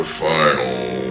final